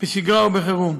בשגרה ובחירום.